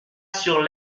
sur